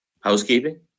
Housekeeping